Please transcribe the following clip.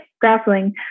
grappling